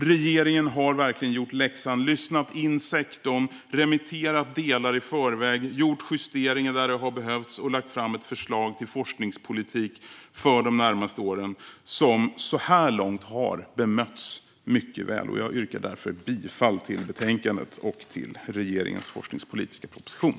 Regeringen har verkligen gjort läxan, lyssnat in sektorn, remitterat delar i förväg, gjort justeringar där det har behövts och lagt fram ett förslag till forskningspolitik för de närmaste åren som så här långt har bemötts mycket väl. Jag yrkar därför bifall till förslaget i betänkandet och till regeringens forskningspolitiska proposition.